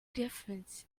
difference